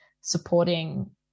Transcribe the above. supporting